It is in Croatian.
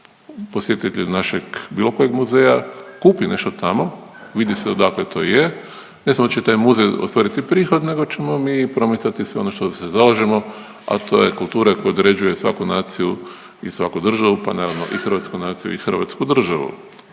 posjetitelj našeg bilo kojeg muzeja kupi nešto tamo, vidi se odakle to je, ne samo da će taj muzej ostvariti prihod nego ćemo mi i promicati sve ono za što se zalažemo, a to je kultura koja određuje svaku naciju i svaku državu pa naravno i hrvatsku naciju i Hrvatsku državu.